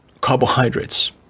carbohydrates